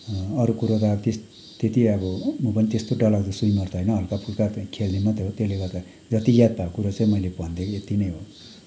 अरू कुरो त अब त्यस त्यति अब म पनि त्यस्तो डरलाग्दो स्विमर त होइन हल्का फुल्का खेल्ने मात्रै हो त्यसले गर्दा जति याद भएको कुरा चाहिँ मैले भनिदिएको यति नै हो